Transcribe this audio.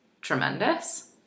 tremendous